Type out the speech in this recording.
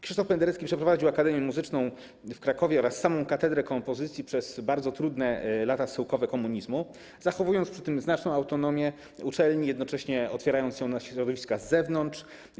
Krzysztof Penderecki przeprowadził Akademię Muzyczną w Krakowie oraz samą katedrę kompozycji przez bardzo trudne lata schyłkowego komunizmu, zachowując przy tym znaczną autonomię uczelni, jednocześnie otwierając ją na środowiska z zewnątrz.